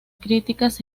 críticas